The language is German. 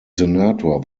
senator